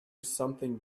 something